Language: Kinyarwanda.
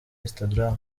instagram